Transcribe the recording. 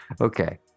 Okay